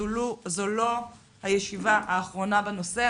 זו לא הישיבה האחרונה בנושא.